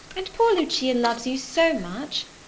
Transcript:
and poor lucia loves you so much.